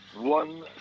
one